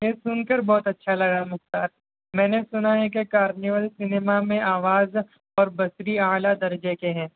یہ سن کر بہت اچھا لگا مختار میں نے سنا ہے کہ کارنیول سنیما میں آواز اور بتری اعلیٰ درجے کے ہیں